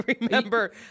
remember